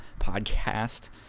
podcast